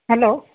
hello